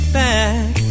back